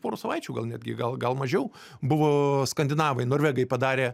porą savaičių gal netgi gal gal mažiau buvo skandinavai norvegai padarė